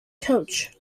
coach